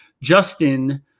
Justin